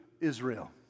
Israel